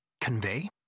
convey